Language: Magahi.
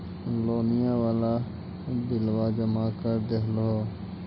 लोनिया वाला बिलवा जामा कर देलहो?